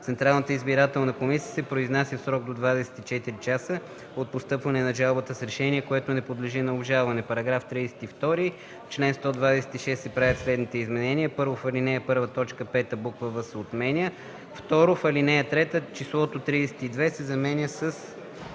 Централната избирателна комисия се произнася в срок до 24 часа от постъпване на жалбата с решение, което не подлежи на обжалване.” „§ 32. В чл. 126 се правят следните изменения: 1. В ал. 1, т. 5 буква „в” се отменя. 2. В ал. 3 числото „32” се заменя с